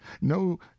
no